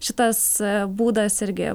šitas būdas irgi